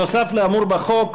נוסף על האמור בחוק,